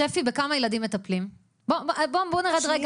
במובן הזה